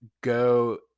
go